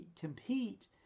compete